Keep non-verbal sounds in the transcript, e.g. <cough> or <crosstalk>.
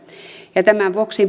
tämän vuoksi <unintelligible>